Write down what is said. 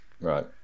right